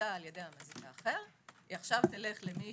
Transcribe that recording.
ששופתה על ידי מזיק, עכשיו תלך למי